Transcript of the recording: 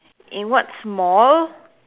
in what small